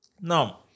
Now